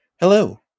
Hello